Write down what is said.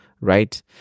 right